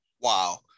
wow